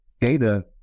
data